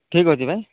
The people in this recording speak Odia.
ଠିକ୍ ଅଛି ଭାଇ